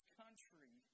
country